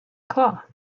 cloth